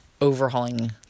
overhauling